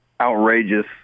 outrageous